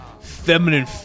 feminine